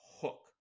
hook